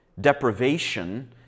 deprivation